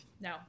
no